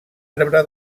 arbre